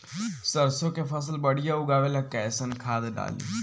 सरसों के फसल बढ़िया उगावे ला कैसन खाद डाली?